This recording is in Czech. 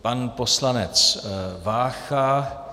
Pan poslanec Vácha.